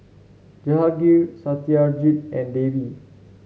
Jehangirr Satyajit and Devi